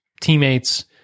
teammates